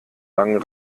langen